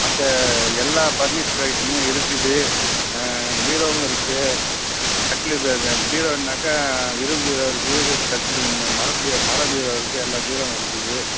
மற்ற எல்லா ஃபர்னிச்சர் ஐட்டமும் இருக்குது பீரோவும் இருக்குது கட்லு பீ இந்த பீரோன்னாக்கா இரும்பு பீரோ இருக்குது கட்லு இந்த மர பீரோ மர பீரோ இருக்குது எல்லா பீரோவும் இருக்குது